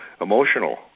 emotional